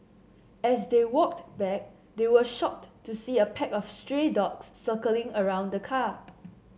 as they walked back they were shocked to see a pack of stray dogs circling around the car